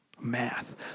Math